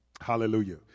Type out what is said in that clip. Hallelujah